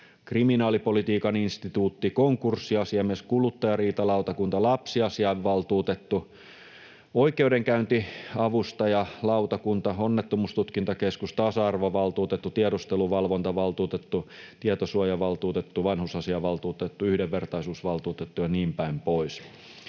kriminaalipolitiikan instituutti, konkurssiasiamies, kuluttajariitalautakunta, lapsiasiavaltuutettu, oikeudenkäyntiavustajalautakunta, Onnettomuustutkintakeskus, tasa-arvovaltuutettu, tiedusteluvalvontavaltuutettu, tietosuojavaltuutettu, vanhusasiavaltuutettu, yhdenvertaisuusvaltuutettu ja niinpäin pois.